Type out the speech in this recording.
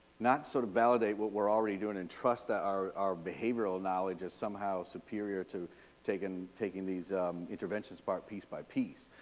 not sort of validate what we're already doing and trust ah our our behavioral knowledge is somehow superior to taken, taking, these interventions apart piece by piece.